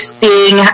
seeing